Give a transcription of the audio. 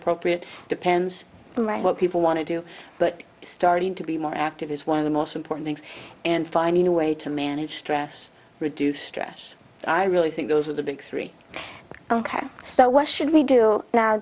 appropriate depends on what people want to do but starting to be more active is one of the most important things and finding a way to manage stress reduce stress i really think those are the big three ok so what should we do now